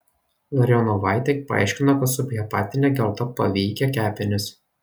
larionovaitė paaiškino kad subhepatinė gelta paveikia kepenis